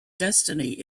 destiny